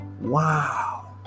Wow